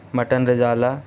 mutton رزالہ